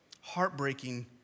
heartbreaking